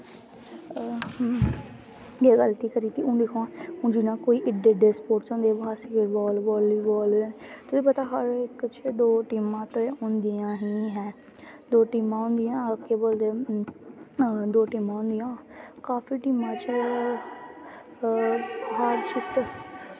केह् गल्ती करी दित्ती हून दिक्खुआं हून जि'यां एड्डे एड्डे स्पोर्टस होंदे बॉलीबॉल जां तुसें पता ऐ दो टीमां ते होंदियां ही हैन दो टीमां होंदियां आक्खै कोई ते दो टीमां होंदियां काफी टीमां